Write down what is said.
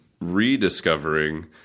rediscovering